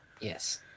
yes